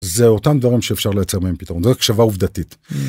זה אותם דברים שאפשר לייצר מהם פתרון, זו הקשבה עובדתית.